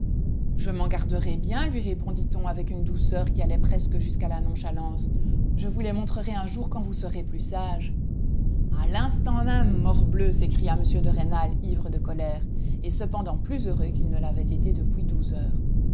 je m'en garderai bien lui répondit-on avec une douceur qui allait presque jusqu'à la nonchalance je vous les montrerai un jour quand vous serez plus sage a l'instant même morbleu s'écria m de rênal ivre de colère et cependant plus heureux qu'il ne l'avait été depuis douze heures